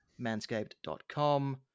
manscaped.com